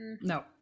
No